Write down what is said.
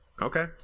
okay